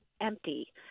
empty